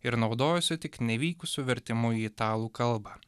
ir naudojosi tik nevykusiu vertimu į italų kalbą